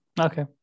Okay